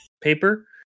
paper